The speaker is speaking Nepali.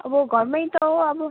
अब घरमै त हो अब